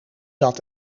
dat